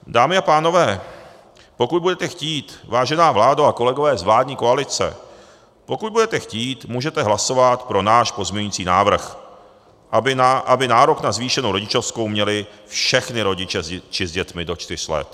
Dámy a pánové, pokud budete chtít, vážená vládo a kolegové z vládní koalice, pokud budete chtít, můžete hlasovat pro náš pozměňovací návrh, aby nárok na zvýšenou rodičovskou měli všichni rodiče s dětmi do čtyř let.